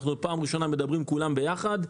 אנחנו פעם ראשונה מדברים כולם יחד.